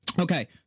Okay